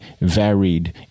varied